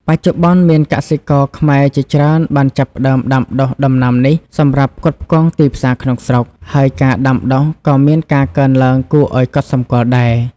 បច្ចុប្បន្ន មានកសិករខ្មែរជាច្រើនបានចាប់ផ្តើមដាំដុះដំណាំនេះសម្រាប់ផ្គត់ផ្គង់ទីផ្សារក្នុងស្រុក ហើយការដាំដុះក៏មានការកើនឡើងគួរឱ្យកត់សម្គាល់ដែរ។